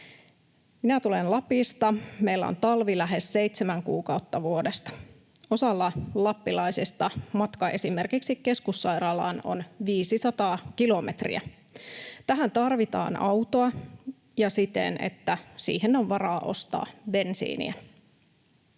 Minä tulen Lapista, ja meillä on talvi lähes seitsemän kuukautta vuodesta. Osalla lappilaisista matka esimerkiksi keskussairaalaan on 500 kilometriä. Tähän tarvitaan autoa ja siten, että siihen on varaa ostaa bensiiniä.